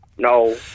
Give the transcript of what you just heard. No